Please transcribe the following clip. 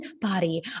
body